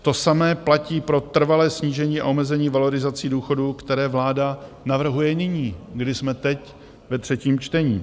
To samé platí pro trvalé snížení a omezení valorizací důchodů, které vláda navrhuje nyní, kdy jsme teď ve třetím čtení.